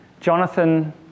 Jonathan